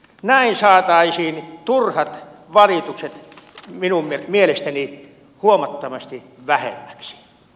näin saataisiin turhat valitukset minun mielestäni huomattavasti vähemmäksi